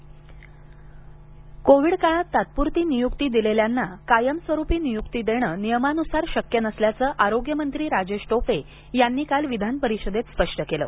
Covid नियक्ती Rajesh Tope covid काळात तात्पूरती नियुक्ती दिलेल्यांना कायमस्वरुपी नियुक्ती देणं नियमानुसार शक्य नसल्याचं आरोग्यमंत्री राजेश टोपे यांनी काल विधान परिषदेत स्पष्ट केलं